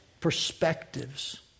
perspectives